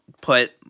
put